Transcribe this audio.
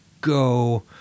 go